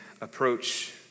approach